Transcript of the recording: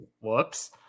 whoops